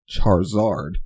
Charizard